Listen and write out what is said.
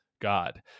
God